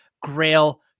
grail